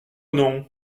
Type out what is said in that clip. nom